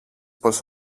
πως